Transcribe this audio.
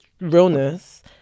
realness